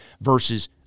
versus